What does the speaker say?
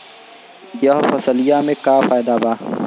यह फसलिया में का फायदा बा?